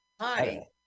hi